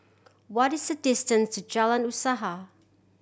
what is the distance to Jalan Usaha